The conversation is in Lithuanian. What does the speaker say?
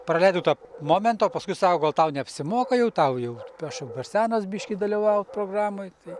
praleidau tą momentą o paskui sako gal tau neapsimoka jau tau jau aš jau per senas biškį dalyvaut programoj tai